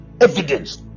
evidence